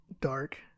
dark